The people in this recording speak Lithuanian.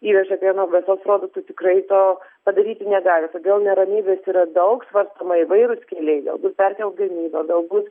įveža pieno mėsos produktų tikrai to padaryti negali todėl neramybės yra daug svarstoma įvairūs keliai galbūt perkelt gamybą galbūt